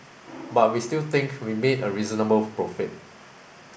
but we still think we made a reasonable profit